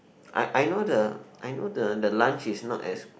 I I know the I know the the lunch is not as